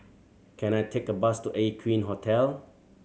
can I take a bus to Aqueen Hotel